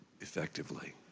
effectively